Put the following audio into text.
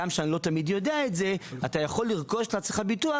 הגם שאתה לא תמיד יודע את זה אתה יכול לרכוש לעצמך ביטוח,